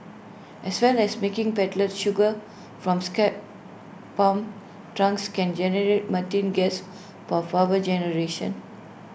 as well as making pellets sugar from scrapped palm trunks can generate methane gas for power generation